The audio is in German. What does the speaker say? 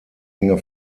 enge